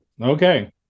okay